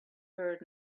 heard